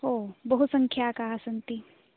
ओ बहुसङ्ख्याकाः सन्ति